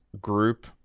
group